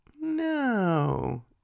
no